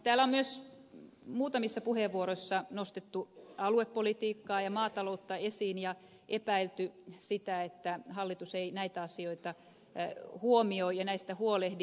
täällä on myös muutamissa puheenvuoroissa nostettu aluepolitiikkaa ja maataloutta esiin ja epäilty sitä että hallitus ei näitä asioita huomioi eikä näistä huolehdi